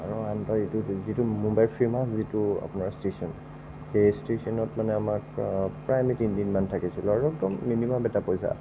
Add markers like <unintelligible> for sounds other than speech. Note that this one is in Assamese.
আৰু আন এটা <unintelligible> যিটো মুম্বাইৰ ফেমাচ যিটো আপোনাৰ ষ্টেচন সেই ষ্টেচনত মানে আমাক প্ৰায় আমি তিনিদিনমান থাকিছিলোঁ আৰু একদম মিনিমাম এটা পইচা